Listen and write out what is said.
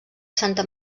santa